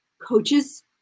coaches